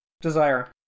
Desire